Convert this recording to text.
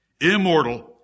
immortal